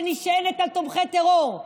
שנשענת על תומכי טרור.